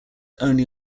only